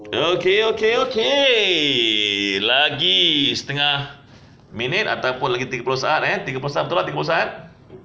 okay okay okay lagi setengah minit ataupun lagi tiga puluh saat eh tiga puluh saat betul ah tiga puluh saat